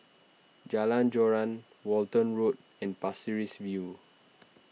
Jalan Joran Walton Road and Pasir Ris View